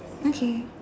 okay